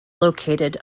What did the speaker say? located